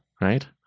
right